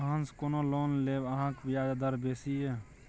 अहाँसँ कोना लोन लेब अहाँक ब्याजे दर बेसी यै